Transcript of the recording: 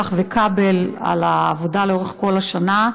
שלח וכבל על העבודה לאורך כל השנה.